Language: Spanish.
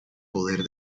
poder